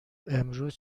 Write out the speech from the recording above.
امروز